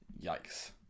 Yikes